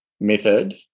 method